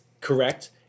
Correct